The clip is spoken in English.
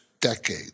decade